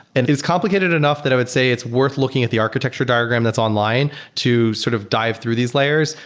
and it's complicated enough that i would say it's worth looking at the architecture diagram that's online to sort of dive through these layers,